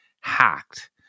hacked